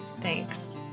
Thanks